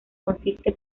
consiste